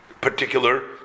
particular